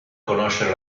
conoscere